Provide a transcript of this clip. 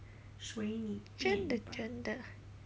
真的真的